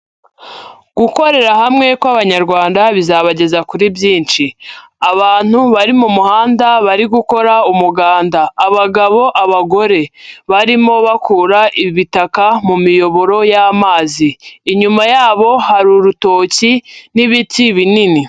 Gukorera hamwe kw'Abanyarwanda bizabageza kuri byinshi, abantu bari mu muhanda bari gukora umuganda, abagabo, abagore, barimo bakura ibitaka mu miyoboro y'amazi, inyuma yabo hari urutoki n'ibiti binini.